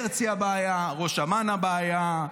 הרצי הבעיה, ראש אמ"ן הבעיה,